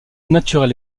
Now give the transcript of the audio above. naturel